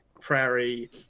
prairie